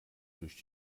durch